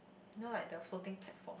you know like the Floating Platform